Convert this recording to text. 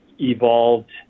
evolved